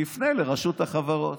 תפנה לרשות החברות.